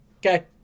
Okay